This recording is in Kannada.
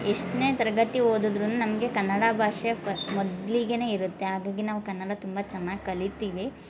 ಎಷ್ಟನೇ ತರಗತಿ ಓದದ್ರೂ ನಮಗೆ ಕನ್ನಡ ಭಾಷೆ ಫ ಮೊದ್ಲಿಗೆ ಇರುತ್ತೆ ಹಾಗಾಗಿ ನಾವು ಕನ್ನಡ ತುಂಬ ಚೆನ್ನಾಗಿ ಕಲಿತೀವಿ